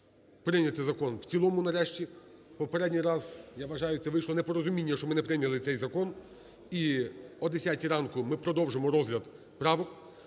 прийняти закон в цілому нарешті. Попередній раз, я вважаю, це вийшло непорозуміння, що ми не прийняли цей закон. І о 10 ранку ми продовжимо розгляд правок.